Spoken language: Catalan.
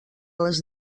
les